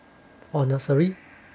or nursery